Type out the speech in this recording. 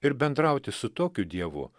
ir bendrauti su tokiu dievu